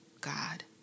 God